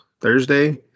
thursday